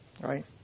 Right